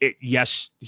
Yes